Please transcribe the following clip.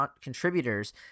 contributors